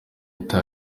inyito